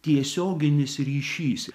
tiesioginis ryšys